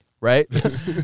Right